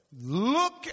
Look